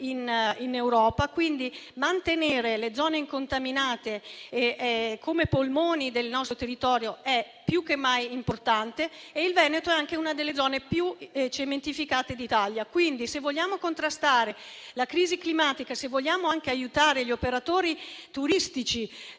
in Europa, quindi mantenere le zone incontaminate come polmoni del nostro territorio è più che mai importante e il Veneto è anche una delle zone più cementificate d'Italia. Quindi, se vogliamo contrastare la crisi climatica e se vogliamo anche aiutare gli operatori turistici